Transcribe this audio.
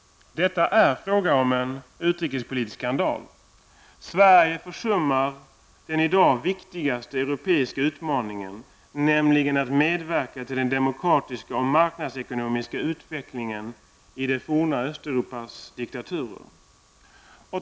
Detta är en utrikespolitisk skandal. Sverige försummar den i dag viktigaste utmaningen, nämligen att medverka till den demokratiska och marknadsekonomiska utvecklingen i det forna Östeuropas diktaturer.